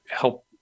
help